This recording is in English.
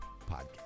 podcast